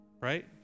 right